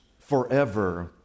forever